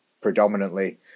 predominantly